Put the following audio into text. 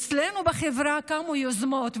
אצלנו בחברה קמו יוזמות,